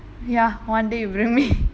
ya one day you bring me